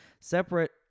separate